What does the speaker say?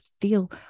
feel